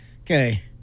Okay